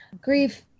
Grief